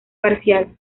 parcial